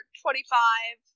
twenty-five